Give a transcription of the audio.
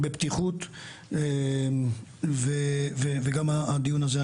בפתיחות וגם הדיון הזה,